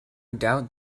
doubt